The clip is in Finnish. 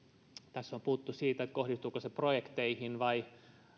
tässä on puhuttu siitä kohdistuuko se projekteihin vai